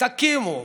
תקימו.